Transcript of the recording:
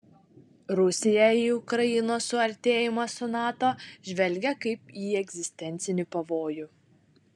rusiją į ukrainos suartėjimą su nato žvelgia kaip į egzistencinį pavojų